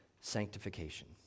sanctification